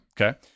Okay